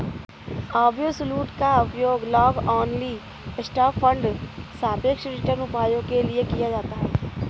absolute का उपयोग long only stock fund सापेक्ष रिटर्न उपायों के लिए किया जाता है